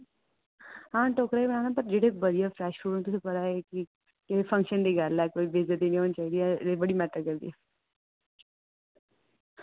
हां टोकरा ही बनाना पर जेह्ड़े बधिया फ्रैश फ्रूट होन तुसें पता ऐ कि एह् फंक्शन दी गल्ल ऐ कोई बेजत्ती नि होनी चाहिदी ऐ एह् बड़ी मैटर करदी